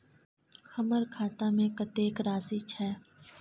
हमर खाता में कतेक राशि छै?